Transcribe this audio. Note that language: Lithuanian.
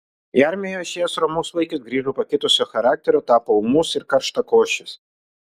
į armiją išėjęs romus vaikis grįžo pakitusio charakterio tapo ūmus ir karštakošis